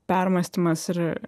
permąstymas ir